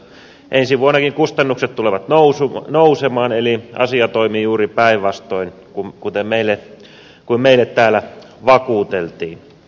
ensi vuonnakin kustannukset tulevat nousemaan eli asia toimii juuri päinvastoin kuin meille täällä vakuuteltiin